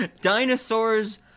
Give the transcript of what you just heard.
Dinosaurs